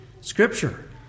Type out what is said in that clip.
Scripture